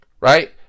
right